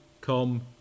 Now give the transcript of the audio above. come